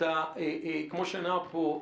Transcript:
כמו שנאמר פה,